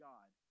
God